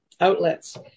outlets